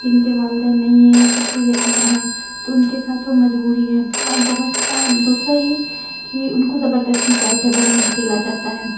جن کے والدین نہیں ہیں یا پھر جو یتیم ہیں تو ان کے ساتھ وہ مجبوری ہے اور بہت اور دوسرا یہ کہ ان کو زبردستی چائلد لیبر میں دھکیلا جاتا ہے